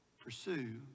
pursue